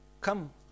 come